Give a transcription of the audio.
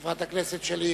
חברת הכנסת שלי יחימוביץ,